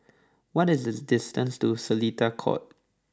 what is the distance to Seletar Court